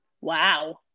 wow